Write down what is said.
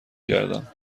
کردم